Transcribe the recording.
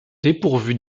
dépourvus